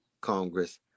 congress